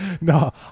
No